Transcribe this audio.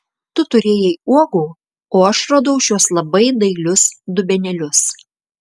tu turėjai uogų o aš radau šiuos labai dailius dubenėlius